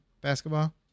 basketball